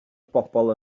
bobl